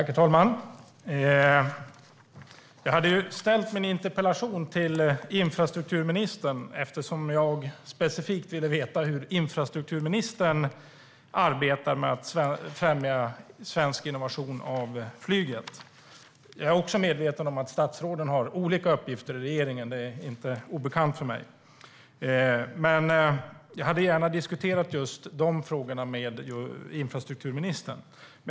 Herr talman! Jag ställde min interpellation till infrastrukturministern, eftersom jag specifikt ville veta hur hon arbetar med att främja svensk innovation för flyget. Jag är medveten om att statsråden har olika uppgifter i regeringen. Det är inte obekant för mig. Men jag hade gärna diskuterat just de frågorna med infrastrukturministern.